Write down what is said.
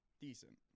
Decent